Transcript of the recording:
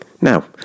now